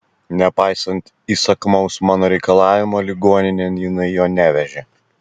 nepaisant įsakmaus mano reikalavimo ligoninėn jinai jo nevežė